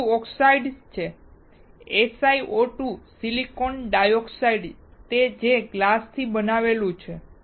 બધું ઓક્સિડાઇઝ્ડ છે SiO2 silicon dioxide તે છે જે ગ્લાસથી બનેલું છે